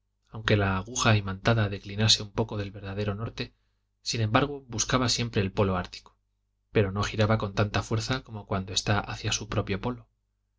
aunque la aguja imantada declinase un poco del verdadero norte sin embargo buscaba siempre el polo ártico pero no giraba con tanta fuerza como cuando está hacia su propio polo